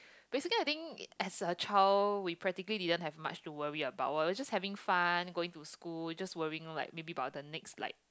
basically I think as a child we practically didn't have much to worry about [what] we're just having fun going to school just worrying like maybe about the next like